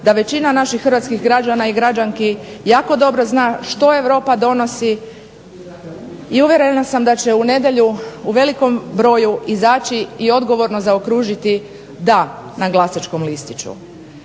da većina naših hrvatskih građana i građanki jako dobro zna što Europa donosi i uvjerena sam da će u nedjelju u velikom broju izaći i odgovorno zaokružiti da na glasačkom listiću.